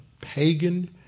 pagan